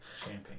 Champagne